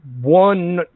one